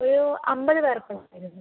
ഒരു അമ്പത് പേർക്ക് ഉള്ളതായിരുന്നു